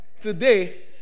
Today